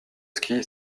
ski